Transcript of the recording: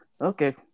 Okay